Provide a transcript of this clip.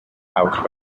out